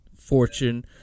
fortune